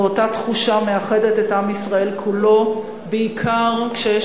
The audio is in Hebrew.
ואותה תחושה מאחדת את עם ישראל כולו בעיקר כשיש